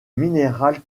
minéral